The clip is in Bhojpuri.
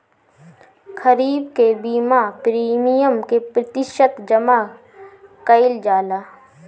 खरीफ के बीमा प्रमिएम क प्रतिशत जमा कयील जाला?